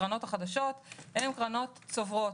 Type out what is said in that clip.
הקרנות החדשות הן קרנות צוברות.